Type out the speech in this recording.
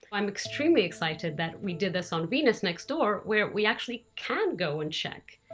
i'm extremely excited that we did this on venus next door where we actually can go and check.